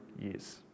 years